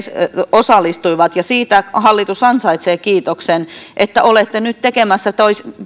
osallistuivat siitä hallitus ansaitsee kiitoksen että olette nyt tekemässä